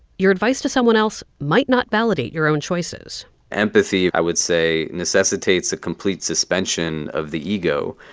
your advice to someone else might not validate your own choices empathy, i would say, necessitates a complete suspension of the ego,